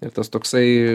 ir tas toksai